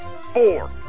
Four